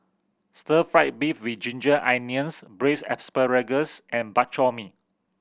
Stir Fry beef with ginger onions Braised Asparagus and Bak Chor Mee